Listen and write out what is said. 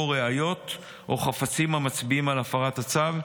ראיות או חפצים המצביעים על הפרת הצו,